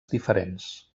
diferents